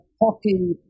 hockey